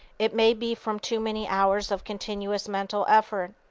it may be from too many hours of continuous mental effort.